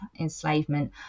enslavement